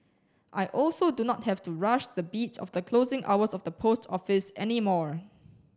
I also do not have to rush the beat of the closing hours of the post office any more